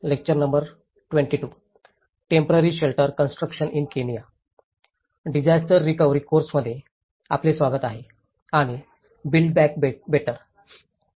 disaster recovery आणि build back better course मध्ये आपले स्वागत आहे